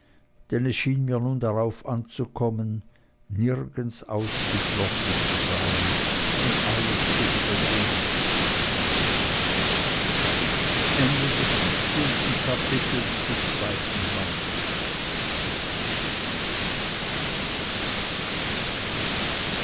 es schien mir nun darauf anzukommen nirgends ausgeschlossen zu sein und alles zu übersehen